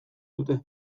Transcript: dute